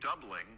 doubling